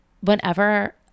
whenever